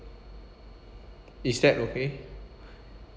is that okay